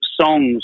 songs